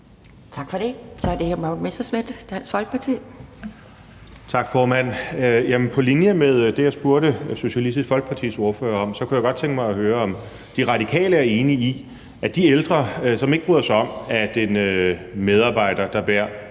Tak for det. Så er det hr. Morten Messerschmidt, Dansk Folkeparti. Kl. 10:44 Morten Messerschmidt (DF): Tak, formand. På linje med det, jeg spurgte Socialistisk Folkepartis ordfører om, kunne jeg godt tænke mig at høre, om De Radikale er enige i, at de ældre, som ikke bryder sig om, at en medarbejder, der bærer